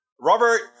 Robert